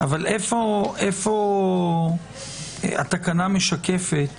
אבל איפה התקנה משקפת